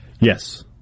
Yes